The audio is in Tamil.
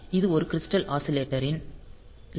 ஆகவே இது ஒரு கிரிஸ்டல் ஆஸிலேட்டரின் 11